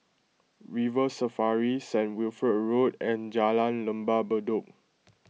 River Safari St Wilfred Road and Jalan Lembah Bedok